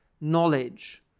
knowledge